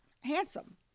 handsome